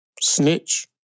snitch